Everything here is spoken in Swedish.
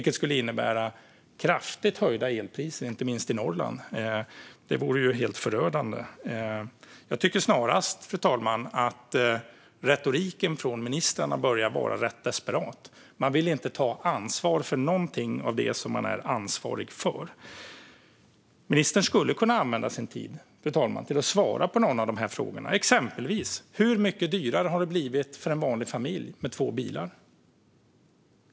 Det skulle innebära kraftigt höjda elpriser, inte minst i Norrland. Det vore helt förödande. Fru talman! Jag tycker snarast att retoriken från ministrarna börjat bli rätt desperat. Man vill inte ta ansvar för någonting av det man är ansvarig för. Ministern skulle kunna använda sin tid till att svara på någon av de här frågorna, exempelvis hur mycket dyrare det har blivit för en vanlig familj med två bilar.